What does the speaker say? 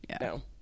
No